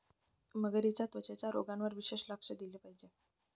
मगरींच्या त्वचेच्या रोगांवर विशेष लक्ष दिले पाहिजे